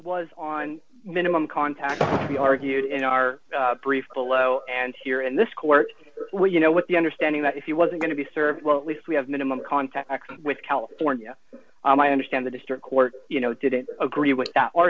was on minimum contact he argued in our brief below and here in this court you know with the understanding that if you wasn't going to be served well at least we have minimum contact with california i understand the district court you know didn't agree with that